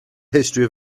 history